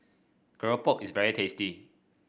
keropok is very tasty